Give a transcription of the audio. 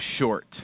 short